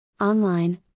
online